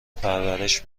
پرورش